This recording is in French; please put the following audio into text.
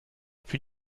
plus